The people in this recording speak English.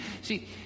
See